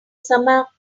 summa